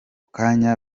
kanya